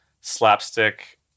slapstick